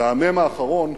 והמ"ם האחרון,